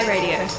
Radio